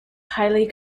highly